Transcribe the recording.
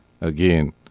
Again